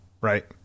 Right